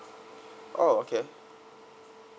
oh okay